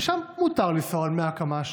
ושם מותר לנסוע 100 קמ"ש.